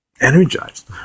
energized